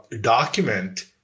document